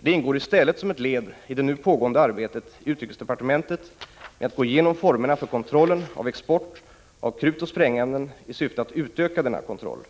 Det ingår i stället som ett led i det nu pågående arbetet i utrikesdepartementet med att gå igenom formerna för kontrollen av export av krutoch sprängämnen i syfte att utöka denna kontroll.